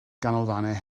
ganolfannau